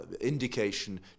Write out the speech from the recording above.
indication